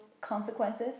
consequences